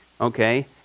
Okay